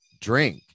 drink